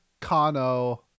Kano